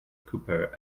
cooper